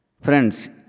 Friends